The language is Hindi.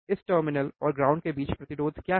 इस टर्मिनल और ग्राउंड के बीच प्रतिरोध क्या है